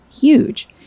huge